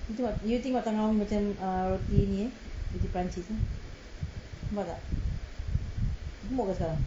you tengok tangan umi macam err ni ni eh roti perancis eh nampak tak gemuk ke sekarang